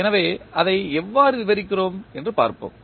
எனவே அதை எவ்வாறு விவரிக்கிறோம் என்று பார்ப்போம்